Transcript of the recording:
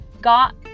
got